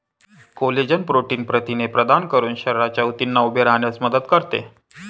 collagen protein प्रथिने प्रदान करून शरीराच्या ऊतींना उभे राहण्यास मदत करते